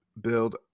build